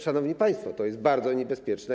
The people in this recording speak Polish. Szanowni państwo, to jest bardzo niebezpieczne.